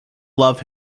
love